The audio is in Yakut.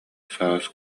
саас